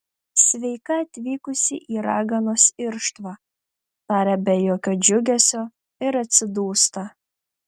sveika atvykusi į raganos irštvą taria be jokio džiugesio ir atsidūsta